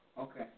Okay